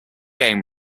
game